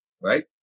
right